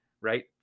right